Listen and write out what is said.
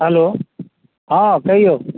hello हँ कहिऔ